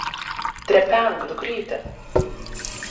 trepenk dukryte